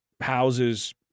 houses